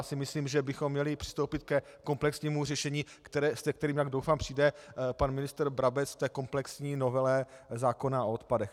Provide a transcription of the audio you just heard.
A myslím, že bychom měli přistoupit ke komplexnímu řešení, se kterým, jak doufám, přijde pan ministr Brabec v té komplexní novele zákona o odpadech.